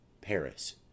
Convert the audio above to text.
Paris